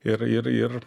ir ir ir